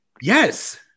Yes